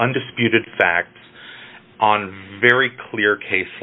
undisputed facts on a very clear case